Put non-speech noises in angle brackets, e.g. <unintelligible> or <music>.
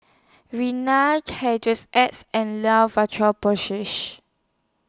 <unintelligible> X and <unintelligible> Porsay <noise>